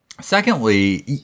Secondly